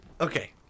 Okay